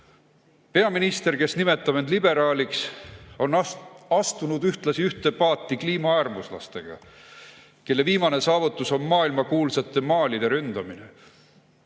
Peaminister, kes nimetab end liberaaliks, on ühtlasi astunud ühte paati kliimaäärmuslastega, kelle viimane saavutus on maailmakuulsate maalide ründamine.